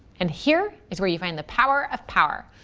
and here is where you find the power of power.